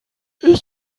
ich